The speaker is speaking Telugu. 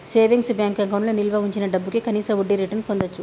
సేవింగ్స్ బ్యేంకు అకౌంట్లో నిల్వ వుంచిన డబ్భుకి కనీస వడ్డీరేటును పొందచ్చు